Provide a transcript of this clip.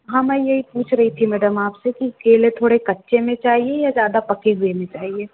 हाँ मैं यही पूछ रही थी मेडम आप से कि केले थोड़े कच्चे में चाहिए या ज़्यादा पके हुए में चाहिए